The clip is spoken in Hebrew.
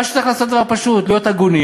מה שצריך לעשות זה דבר פשוט: להיות הגונים,